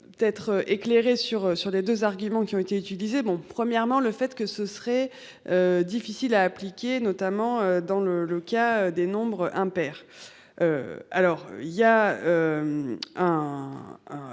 Être éclairé sur, sur les 2 arguments qui ont été utilisées bon premièrement le fait que ce serait. Difficile à appliquer, notamment dans le le cas des nombres impairs. Alors il y a.